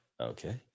okay